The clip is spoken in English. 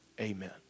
Amen